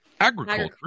agriculture